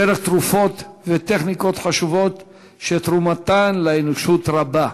דרך תרופות ועד טכניקות חשובות שתרומתן לאנושות רבה.